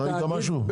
אתה ראית משהו?